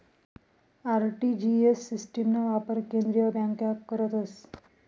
RTGS सिस्टिमना वापर केंद्रीय बँका करतस